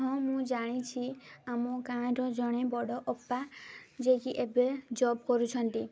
ହଁ ମୁଁ ଜାଣିଛି ଆମ ଗାଁର ଜଣେ ବଡ଼ ଅପା ଯାଇକି ଏବେ ଜବ୍ କରୁଛନ୍ତି